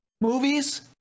movies